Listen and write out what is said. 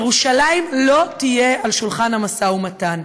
ירושלים לא תהיה על שולחן המשא ומתן,